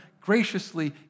graciously